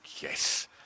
yes